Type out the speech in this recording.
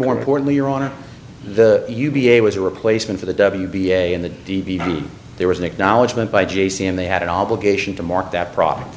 more importantly your honor the u b a was a replacement for the w p a in the d v d there was an acknowledgement by j c and they had an obligation to mark that product